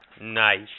Nice